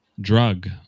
drug